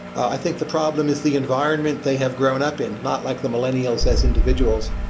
i think the problem is the environment they have grown up in, not like the millennials as individuals.